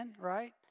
right